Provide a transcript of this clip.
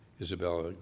Isabella